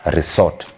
Resort